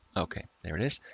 okay. there it is.